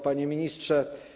Panie Ministrze!